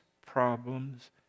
problems